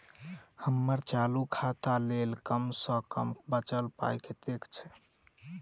हम्मर चालू खाता लेल कम सँ कम बचल पाइ कतेक छै?